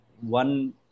one